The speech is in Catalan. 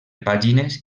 pàgines